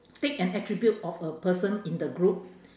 take an attribute of a person in the group